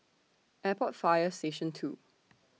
Airport Fire Station two